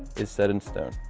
is set in stone.